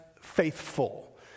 faithful